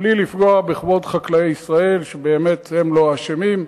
בלי לפגוע בכבוד חקלאי ישראל, שהם באמת לא אשמים,